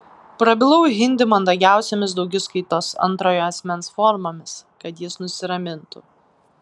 prabilau hindi mandagiausiomis daugiskaitos antrojo asmens formomis kad jis nusiramintų